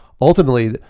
ultimately